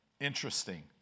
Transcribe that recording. Interesting